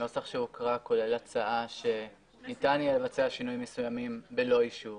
הנוסח שהוקרא כולל הצעה שניתן יהיה לבצע שינויים מסוימים ללא אישור.